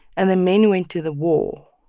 and the men went to the war.